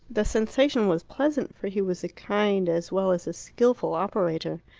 the sensation was pleasant, for he was a kind as well as a skilful operator.